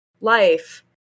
life